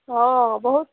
हॅं बहुत